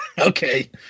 Okay